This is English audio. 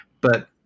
But-